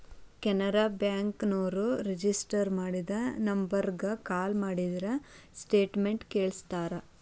Canara bank ನೋರು register ಮಾಡಿದ ನಂಬರ್ಗ ಕಾಲ ಮಾಡಿದ್ರ ಸ್ಟೇಟ್ಮೆಂಟ್ ಕಳ್ಸ್ತಾರ